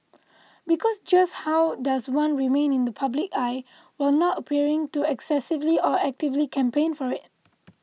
because just how does one remain in the public eye while not appearing to excessively or actively campaign for it